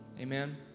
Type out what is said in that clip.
Amen